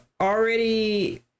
already